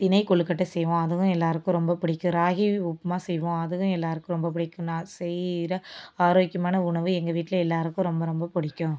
தினை கொழுக்கட்டை செய்வோம் அதுவும் எல்லாேருக்கும் ரொம்ப பிடிக்கும் ராகி உப்புமா செய்வோம் அதுவும் எல்லாேருக்கும் ரொம்ப பிடிக்கும் நான் செய்கிற ஆரோக்கியமான உணவு எங்கள் வீட்டில் எல்லாேருக்கும் ரொம்ப ரொம்ப பிடிக்கும்